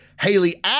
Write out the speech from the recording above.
Haley